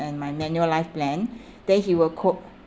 and my manulife plan then he will co~